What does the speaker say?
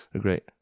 Great